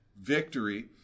victory